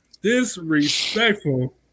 Disrespectful